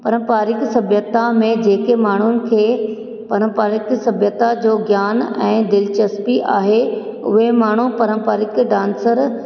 परंपारिक सभ्यता में जेके माण्हुनि खे परंपारिक सभ्यता जो ज्ञानु ऐं दिलचस्पी आहे उहे माण्हू परंपारिक डांसर